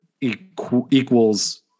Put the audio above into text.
equals